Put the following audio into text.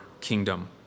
kingdom